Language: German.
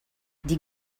die